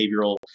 behavioral